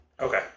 Okay